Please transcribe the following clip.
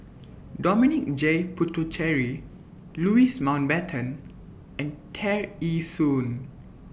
Dominic J Puthucheary Louis Mountbatten and Tear Ee Soon